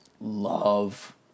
love